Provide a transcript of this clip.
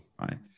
right